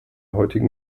heutigen